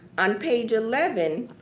on page eleven,